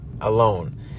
alone